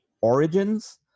origins